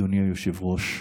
אדוני היושב-ראש,